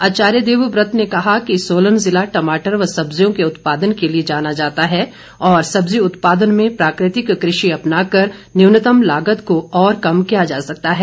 आचार्य देवव्रत ने कहा कि सोलन जिला टमाटर व सब्जियों के उत्पादन के लिए जाना जाता है और सब्जी उत्पादन में प्राकृतिक कृषि अपनाकर न्यूनतम लागत को और कम किया जा सकता है